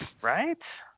Right